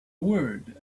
word